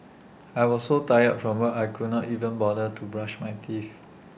I was so tired from work I could not even bother to brush my teeth